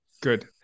Good